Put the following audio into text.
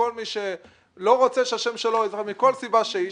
כל מי שלא רוצה שהשם שלו יופיע מכל סיבה שהיא,